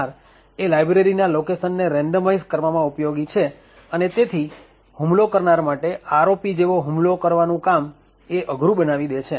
ASLR એ library ના location ને રેન્ડમાઈઝ કરવામાં ઉપયોગી છે અને તેથી હુમલો કરનાર માટે ROP જેવો હુમલો કરવાનું કામ અઘરું બનાવી દે છે